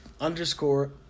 underscore